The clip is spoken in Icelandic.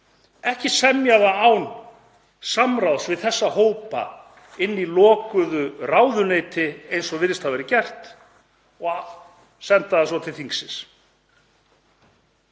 ekki semja þetta án samráðs við þessa hópa inni í lokuðu ráðuneyti eins og virðist hafa verið gert og senda svo til þingsins.